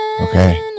Okay